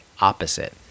opposite